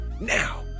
Now